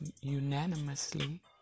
unanimously